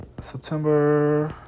September